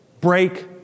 break